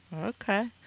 Okay